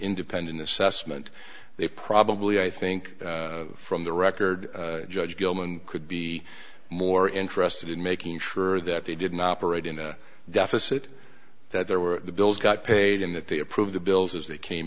independent assessment they probably i think from the record judge gilman could be more interested in making sure that they didn't operate in a deficit that there were the bills got paid in that they approve the bills as they came